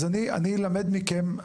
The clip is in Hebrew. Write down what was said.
אז אני לומד מכם.